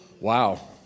Wow